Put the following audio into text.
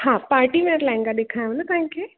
हा party wear lehenga ॾिखारियांव न तव्हांखे